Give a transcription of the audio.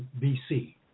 BC